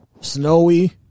snowy